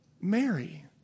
Mary